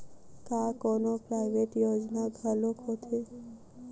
का कोनो प्राइवेट योजना घलोक होथे?